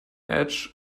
edge